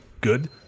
good